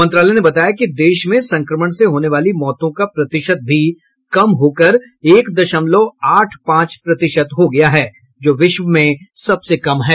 मंत्रालय ने बताया कि देश में संक्रमण से होने वाली मौतों का प्रतिशत भी कम हो कर एक दशमलव आठ पांच प्रतिशत हो गया है जो विश्व में सबसे कम है